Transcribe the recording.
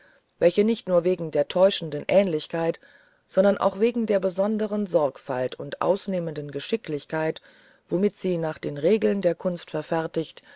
welche nicht nur wegen der täuschenden ähnlichkeit sondern auch wegen der besondern sorgfalt und ausnehmenden geschicklichkeit womit sie nach den regeln der kunst verfertigt